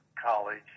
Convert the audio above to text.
college